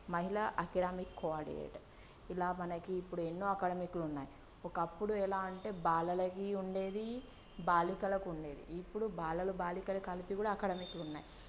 మహిళా academic coordinator ఇలా మనకి ఇప్పుడు ఎన్నో అకాడమిక్లు ఉన్నాయి ఒకప్పుడు ఎలా అంటే బాలలకీ ఉండేది బాలికలకు ఉండేది ఇప్పుడు బాలలు బాలికలు కలిపి కూడా అకాడమిక్లు ఉన్నాయి